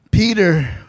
Peter